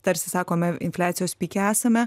tarsi sakome infliacijos pike esame